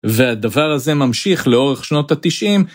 והדבר הזה ממשיך לאורך שנות ה-90.